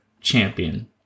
champion